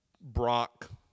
Brock